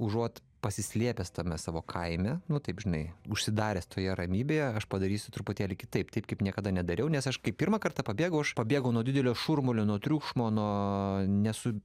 užuot pasislėpęs tame savo kaime nu taip žinai užsidaręs toje ramybėje aš padarysiu truputėlį kitaip taip kaip niekada nedariau nes aš kai pirmą kartą pabėgau aš pabėgau nuo didelio šurmulio nuo triukšmo nuo nesu